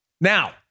Now